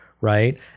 right